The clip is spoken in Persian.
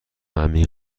عمیق